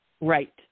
Right